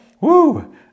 Woo